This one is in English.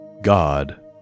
God